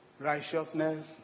righteousness